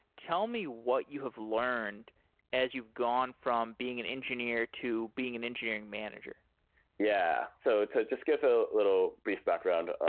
tell me what you have learned as you've gone from being an engineer, to being an engineering manager yeah. so to just give a little brief background,